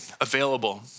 available